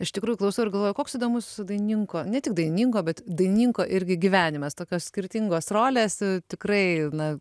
iš tikrųjų klausau ir galvoju koks įdomus dainininko ne tik dainininko bet dainininko irgi gyvenimas tokios skirtingos rolės tikrai na